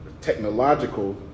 Technological